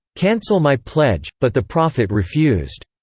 cancel my pledge but the prophet refused.